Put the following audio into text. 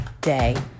day